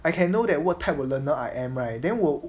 I can know that what type of learner I am right then 我